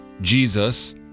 Jesus